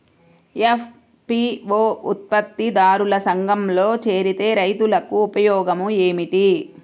FPO ఉత్పత్తి దారుల సంఘములో చేరితే రైతులకు ఉపయోగము ఏమిటి?